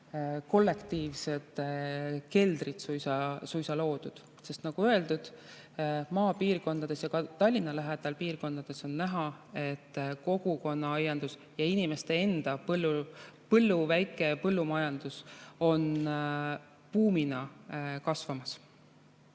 kollektiivsed keldrid. Nagu öeldud, maapiirkondades ja ka Tallinna lähedal piirkondades on näha, et kogukonnaaiandus ja inimeste enda väikepõllumajandus on buumina kasvamas.